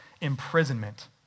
imprisonment